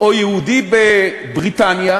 או יהודי בבריטניה,